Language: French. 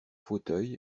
fauteuil